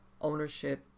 Ownership